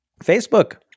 Facebook